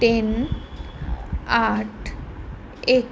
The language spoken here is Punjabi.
ਤਿੰਨ ਅੱਠ ਇੱਕ